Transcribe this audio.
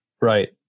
Right